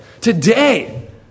today